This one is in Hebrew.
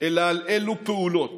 אלא באילו פעולות